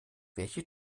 welche